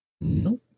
Nope